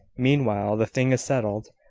meanwhile, the thing is settled.